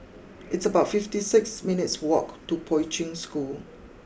it's about fifty six minutes' walk to Poi Ching School